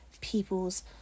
people's